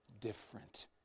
different